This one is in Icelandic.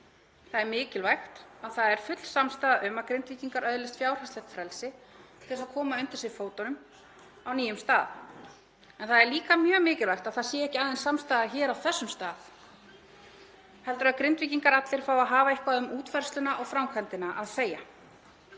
Það er mikilvægt að það er full samstaða um að Grindvíkingar öðlist fjárhagslegt frelsi til að koma undir sig fótunum á nýjum stað en það er líka mjög mikilvægt að það sé ekki aðeins samstaða hér á þessum stað heldur að Grindvíkingar allir fái að hafa eitthvað um útfærsluna og framkvæmdina að segja.